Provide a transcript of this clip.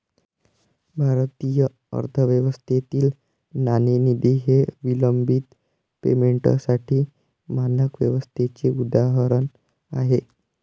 भारतीय अर्थव्यवस्थेतील नाणेनिधी हे विलंबित पेमेंटसाठी मानक व्यवस्थेचे उदाहरण आहे